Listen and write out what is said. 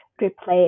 replace